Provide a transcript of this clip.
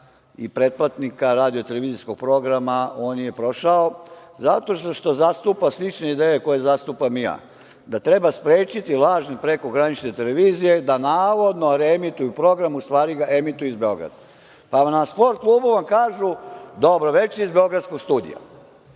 i pretplatnika radio-televizijskog programa on nije prošao zato što zastupa slične ideje koje zastupam i ja, da treba sprečiti lažne prekogranične televizije da navodno reemituju program, u stvari ga emituju iz Beograda. Na „Sport klubu“ vam kažu – dobro veče iz beogradskog studija.